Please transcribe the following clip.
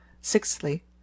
sixthly